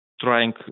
trying